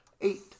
eight